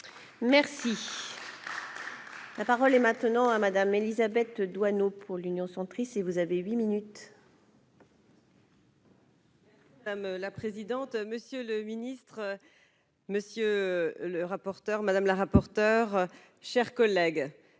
merci. La parole est maintenant à Madame Élisabeth Doineau, pour l'Union centriste, si vous avez 8 minutes. ça me la présidente, monsieur le ministre, monsieur le rapporteur, madame la rapporteure, chers collègues,